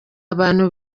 abantu